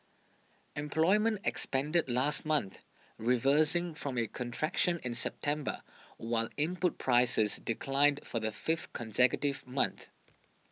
employment expanded last month reversing from a contraction in September while input prices declined for the fifth consecutive month